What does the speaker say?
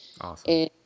Awesome